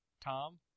Tom